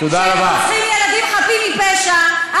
שהם רוצחים ילדים חפים מפשע.